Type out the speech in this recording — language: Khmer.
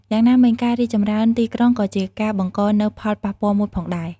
យ៉ាងណាមិញការរីកចម្រើនទីក្រុងក៏ជាការបង្កនូវផលប៉ះពាល់មួយផងដែរ។